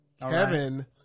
Kevin